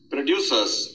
Producers